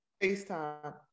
FaceTime